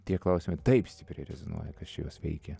tie klausimai taip stipriai rezonuoja kas čia juos veikia